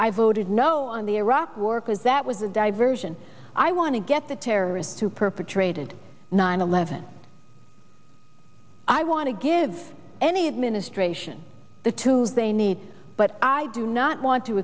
i voted no on the iraq war because that was a diversion i want to get the terrorists who perpetrated nine eleven i want to give any administration the tools they need but i do not want to